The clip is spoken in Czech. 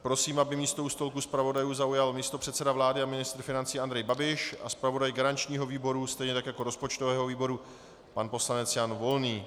Prosím, aby místo u stolku zpravodajů zaujal místopředseda vlády a ministr financí Andrej Babiš a zpravodaj garančního výboru stejně tak jako rozpočtového výboru pan poslanec Jan Volný.